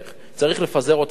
צריך לפזר אותם בתמהיל.